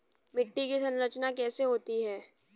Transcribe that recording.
मिट्टी की संरचना कैसे होती है?